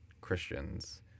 Christians